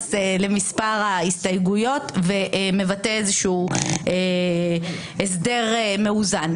ביחס למספר ההסתייגויות, ומבטא איזשהו הסדר מאוזן.